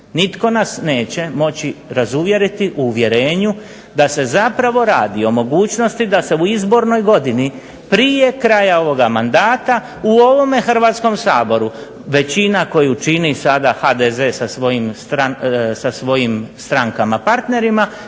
nitko nas neće moći razuvjeriti u uvjerenju da se zapravo radi o mogućnosti da se u izbornoj godini prije kraja ovoga mandata u ovome Hrvatskom saboru većina koju čini sada HDZ sa svojim strankama partnerima